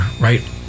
right